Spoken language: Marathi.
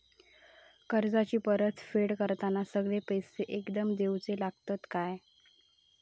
कर्जाची परत फेड करताना सगळे पैसे एकदम देवचे लागतत काय?